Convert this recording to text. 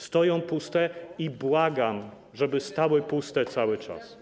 Stoją puste i błagam, żeby stały puste cały czas.